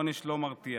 עונש לא מרתיע.